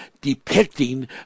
depicting